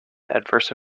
adverse